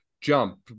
jump